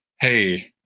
Hey